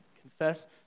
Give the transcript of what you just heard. confess